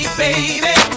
baby